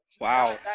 Wow